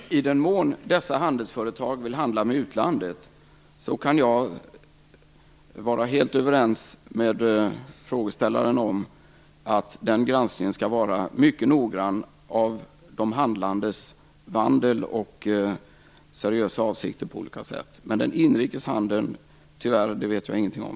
Fru talman! I den mån dessa handelsföretag vill handla med utlandet kan jag vara helt överens med frågeställaren om att den granskningen skall vara mycket noggrann när det gäller de handlandes vandel och seriösa avsikter på olika sätt. Inrikes handel med vapen vet jag, tyvärr, ingenting om.